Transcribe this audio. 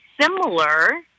similar